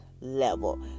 level